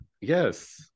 yes